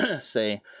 say